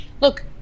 look